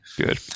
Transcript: Good